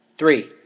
Three